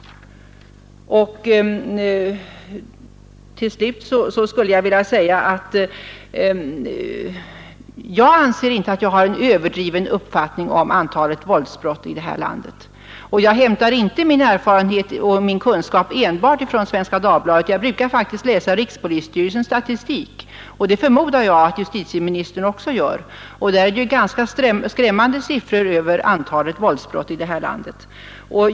Till slut skulle jag vilja säga att jag inte anser att jag har en överdriven uppfattning om antalet våldsbrott i det här landet, och jag hämtar inte min erfarenhet och min kunskap enbart från Svenska Dagbladet. Jag brukar faktiskt läsa rikspolisstyrelsens statistik, och det förmodar jag att justitieministern också gör. Där finns ganska skrämmande siffror över antalet våldsbrott.